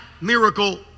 miracle